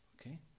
Okay